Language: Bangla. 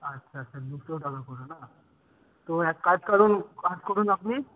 আচ্ছা আচ্ছা দুশো টাকা করে না তো এক কাজ কারুন কাজ করুন আপনি